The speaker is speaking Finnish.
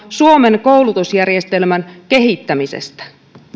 suomen koulutusjärjestelmän kehittämisestä